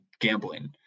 gambling